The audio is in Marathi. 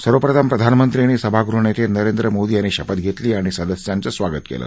सर्वप्रथम प्रधानमंत्री आणि सभागृह नेते नरेंद्र मोदी यांनी शपथ घेतली आणि सदस्यांचं स्वागत केलं